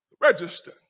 register